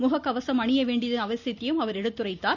முககவசம் அணிய வேண்டியதன் அவசியத்தையும் எடுத்துரைத்தார்